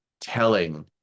telling